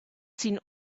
seen